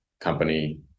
company